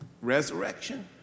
Resurrection